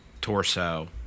torso